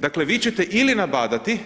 Dakle, vi ćete ili nabadati,